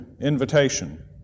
invitation